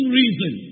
reason